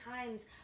times